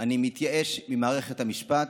אני מתייאש ממערכת המשפט.